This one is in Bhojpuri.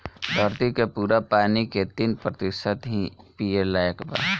धरती के पूरा पानी के तीन प्रतिशत ही पिए लायक बा